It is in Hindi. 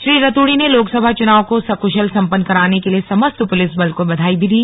श्री रतूड़ी ने लोकसभा चुनाव को सकुशल सम्पन्न कराने के लिए समस्त पुलिस बल को बधाई भी दी